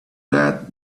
that